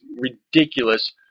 ridiculous